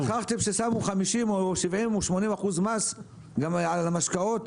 שכחתם ששמו 50% או 60% או 80% מס גם על המשקאות?